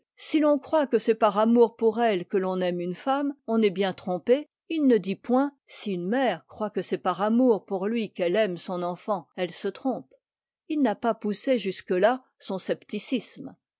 si l'on croit que c'est par amour pour elle que l'on aime une femme on est bien trompé il ne dit point si une mère croit que c'est par amour pour lui qu'elle aime son enfant elle se trompe il n'a pas poussé jusque-là son scepticisme